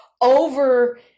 over